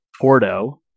Porto